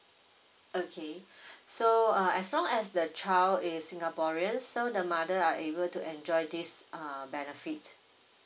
okay so uh as long as the child is singaporean so the mother are able to enjoy this uh benefit